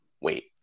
Wait